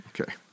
Okay